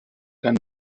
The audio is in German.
kann